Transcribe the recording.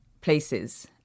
places